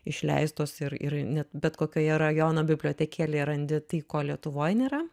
išleistos ir ir net bet kokioje rajono bibliotekėlėje randi tai ko lietuvoj ne nėra